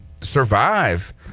survive